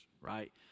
right